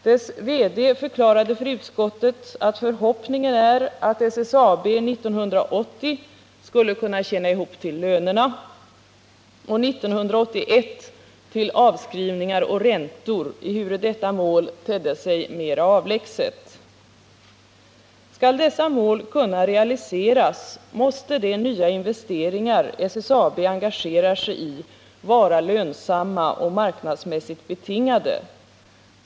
Dess VD förklarade för utskottet att förhoppningen är att SSAB 1980 skulle kunna tjäna ihop till lönerna och 1981 till avskrivningar och räntor, ehuru detta senare mål tedde sig mer avlägset. Skall dessa mål kunna realiseras måste de nya investeringar SSAB engagerar sig i vara lönsamma och marknadsmässigt betingade.